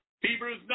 Hebrews